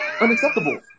unacceptable